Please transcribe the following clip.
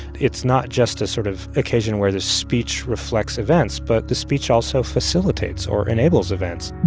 it's not just a sort of occasion where the speech reflects events, but the speech also facilitates or enables events.